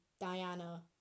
Diana